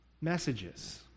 messages